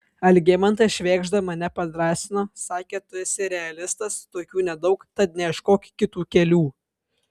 algimantas švėgžda mane padrąsino sakė tu esi realistas tokių nedaug tad neieškok kitų kelių